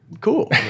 cool